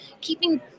Keeping